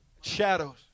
shadows